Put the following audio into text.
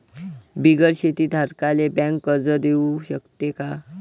बिगर शेती धारकाले बँक कर्ज देऊ शकते का?